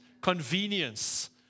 convenience